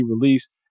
released